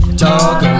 talk